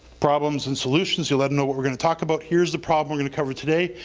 problems and solutions, you let em know what we're gonna talk about. here's the problem we're gonna cover today.